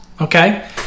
okay